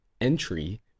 entry